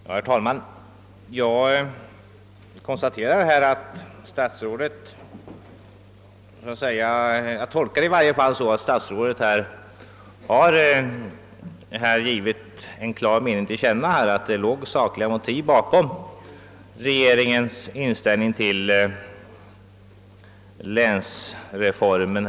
Herr talman! Jag tolkar statsrådets anförande så att han har givit en klar mening till känna, nämligen att det låg sakliga motiv bakom regeringens inställ ning till länsreformen.